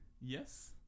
Yes